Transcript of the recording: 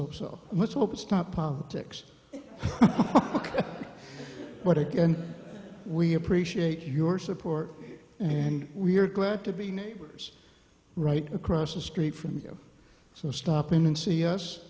hope so let's hope it stops politics ok but again we appreciate your support and we're glad to be neighbors right across the street from you so stop in and see us